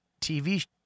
TV